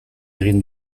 egin